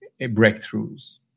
breakthroughs